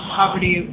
poverty